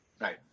Right